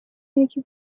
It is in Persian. یکی